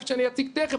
כפי שאני אציג תכף,